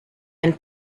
and